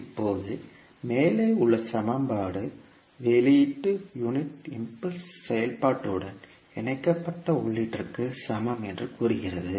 இப்போது மேலே உள்ள சமன்பாடு வெளியீடு யூனிட் இம்பல்ஸ் செயல்பாட்டுடன் இணைக்கப்பட்ட உள்ளீட்டிற்கு சமம் என்று கூறுகிறது